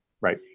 right